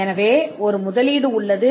எனவே ஒரு முதலீடு உள்ளது